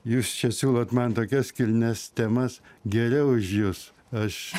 jūs čia siūlot man tokias kilnias temas geriau už jus aš